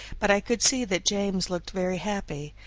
but i could see that james looked very happy,